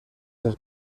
del